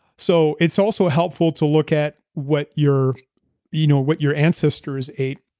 so it's also helpful to look at what your you know what your ancestors ate.